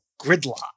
gridlock